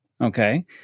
Okay